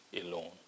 alone